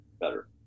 better